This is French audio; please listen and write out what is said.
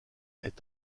est